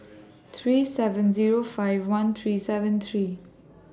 three seven Zero five one three seven three